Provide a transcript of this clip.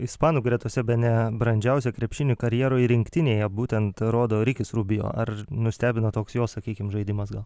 ispanų gretose bene brandžiausią krepšinį karjeroj rinktinėje būtent rodo rikis rubio ar nustebino toks jo sakykim žaidimas gal